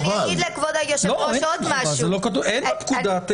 לא, אין להם חובה.